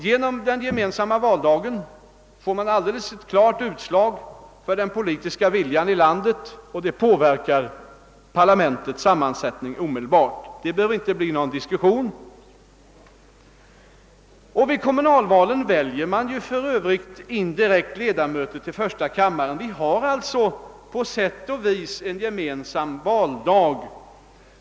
Genom den gemensamma valdagen får man alltså ett klart utslag av den politiska viljan i landet, och parlamentets sammansättning påverkas omedelbart. Det behöver inte bli någon diskussion. Vid de nuvarande kommunalvalen väljer man för övrigt indirekt ledamöter till första kammaren, och vi har alltså redan på sätt och vis en gemensam valdag.